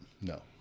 No